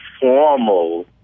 formal